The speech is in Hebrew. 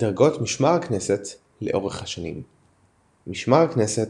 דרגות משמר הכנסת לאורך השנים משמר הכנסת,